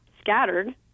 scattered